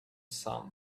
sun